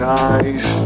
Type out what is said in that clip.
nice